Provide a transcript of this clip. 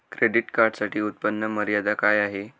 Credit कार्डसाठी उत्त्पन्न मर्यादा काय आहे?